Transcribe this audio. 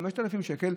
ב-5,000 שקל,